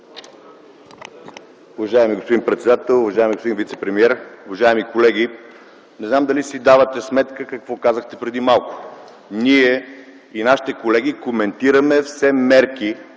Уважаеми господин председател, уважаеми господин вицепремиер, уважаеми колеги! Не знам дали си давате сметка какво казахте преди малко?! Ние и нашите колеги коментираме все мерки,